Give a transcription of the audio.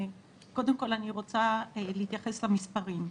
קודם כל אני רוצה להתייחס למספרים.